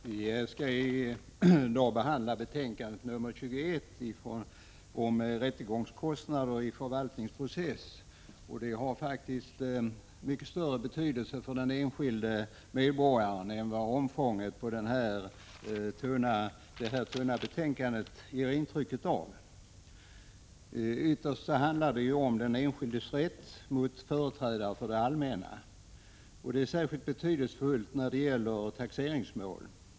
Fru talman! Vi skall i dag behandla justitieutskottets betänkande 21 om rättegångskostnader i förvaltningsprocessen. Saken har faktiskt mycket större betydelse för den enskilde medborgaren än vad omfånget på det tunna betänkandet ger intryck av. Ytterst handlar det om den enskildes rätt mot företrädare för det allmänna. Denna är särskilt betydelsefull när det gäller taxeringsmål.